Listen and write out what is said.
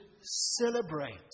celebrate